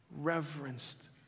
reverenced